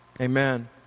Amen